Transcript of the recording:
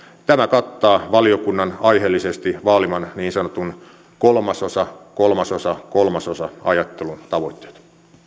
tämä kattaa valiokunnan aiheellisesti vaaliman niin sanotun kolmasosa kolmasosa kolmasosa ajattelun tavoitteet